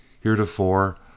Heretofore